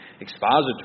expository